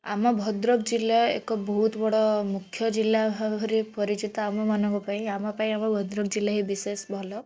ଆମ ଭଦ୍ରକ ଜିଲ୍ଲା ଏକ ବହୁତ ବଡ଼ ମୁଖ୍ୟ ଜିଲ୍ଲା ଭାବରେ ପରିଚିତ ଆମମାନଙ୍କ ପାଇଁ ଆମ ପାଇଁ ଆମ ଭଦ୍ରକ ଜିଲ୍ଲା ହିଁ ବିଶେଷ ଭଲ